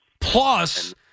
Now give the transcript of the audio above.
Plus